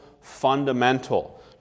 fundamental